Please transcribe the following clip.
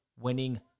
winning